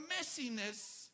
messiness